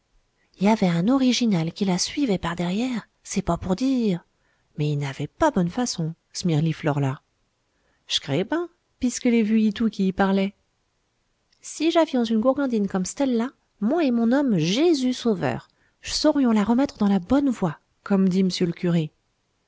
aussite y avait un original qui la suivait par darrière c'est pas pour dire mais y n'avait pas bonne façon cmirliflor là j'cré ben pisque l'ai vu itou qui y parlait si j'avions une gourgandine comme ctelle là moi et mon homme jésus sauveur j'saurions la remettre dans la bonne voie comme dit m'sieur le curé